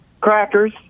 crackers